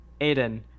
Aiden